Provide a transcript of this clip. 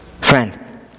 Friend